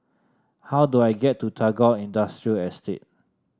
how do I get to Tagore Industrial Estate